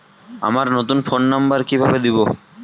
আমার নতুন phone number কিভাবে দিবো?